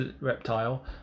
reptile